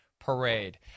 Parade